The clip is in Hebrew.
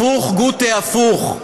הפוך, גוטה, הפוך.